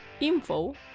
info